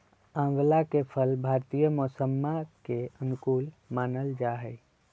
आंवला के फल भारतीय मौसम्मा के अनुकूल मानल जाहई